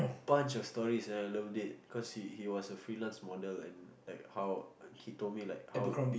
bunch of story and I loved it cause he he was a freelance model and like how he told me like how